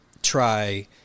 try